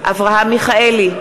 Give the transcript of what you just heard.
אברהם מיכאלי,